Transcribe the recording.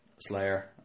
Slayer